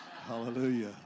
Hallelujah